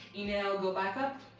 you know go back up.